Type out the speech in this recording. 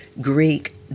Greek